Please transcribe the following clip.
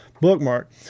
bookmark